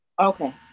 okay